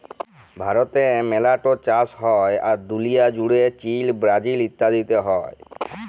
ভারতে মেলা ট চাষ হ্যয়, আর দুলিয়া জুড়ে চীল, ব্রাজিল ইত্যাদিতে হ্য়য়